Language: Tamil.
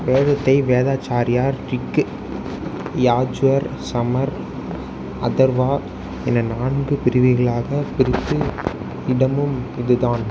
வேதத்தை வேதாசாரியார் ரிக் யஜூர் சாமர் அதர்வா என நான்கு பிரிவுகளாகப் பிரித்த இடமும் இதுதான்